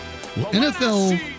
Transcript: NFL